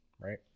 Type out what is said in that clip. right